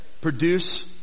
produce